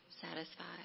satisfied